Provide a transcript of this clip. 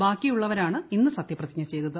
ബാക്കിയുള്ളവരാണ് ഇന്ന് സത്യപ്രതിജ്ഞ ചെയ്തത്